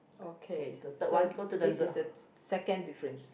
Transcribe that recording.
okay so this is the s~ second difference